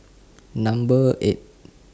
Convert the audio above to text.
Number eight